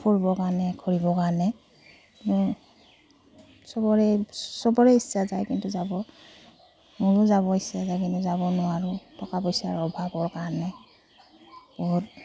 ফুৰিবৰ কাৰণে ঘূৰিবৰ কাৰণে কিন্তু চবৰে চবৰে ইচ্ছা যায় কিন্তু যাব মোৰো যাব ইচ্ছা যায় কিন্তু যাব নোৱাৰোঁ টকা পইচাৰ অভাৱৰ কাৰণে বহুত